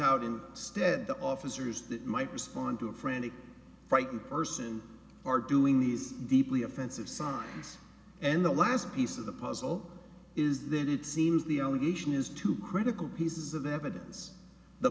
out in stead the officers that might respond to a frantic frightened person are doing these deeply offensive signs and the last piece of the puzzle is that it seems the allegation is too critical pieces of evidence the